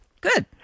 Good